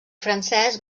francès